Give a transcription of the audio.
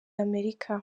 amerika